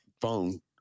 phone